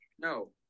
no